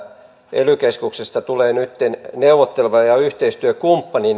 ely keskuksista tulee nytten neuvotteleva ja ja yhteistyökumppani